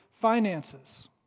finances